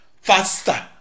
faster